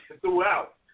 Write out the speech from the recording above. throughout